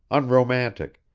unromantic,